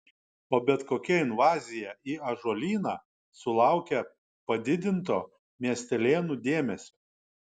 o bet kokia invazija į ąžuolyną sulaukia padidinto miestelėnų dėmesio